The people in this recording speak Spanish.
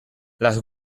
las